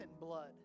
blood